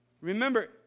Remember